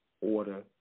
order